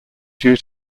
due